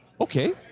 Okay